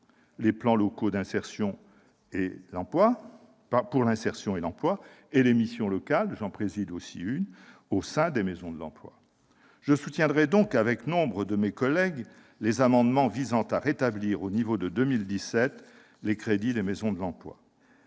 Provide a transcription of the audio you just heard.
les plans locaux pour l'insertion et l'emploi et les missions locales- j'en préside une également -au sein des maisons de l'emploi. Par conséquent, je soutiendrai, avec nombre de mes collègues, les amendements visant à rétablir au niveau de 2017 les crédits des maisons de l'emploi.